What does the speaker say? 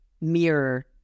mirror